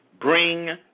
bring